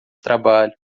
trabalho